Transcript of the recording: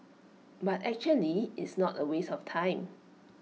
but actually it's not A waste of time